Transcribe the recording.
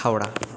Howrah